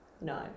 No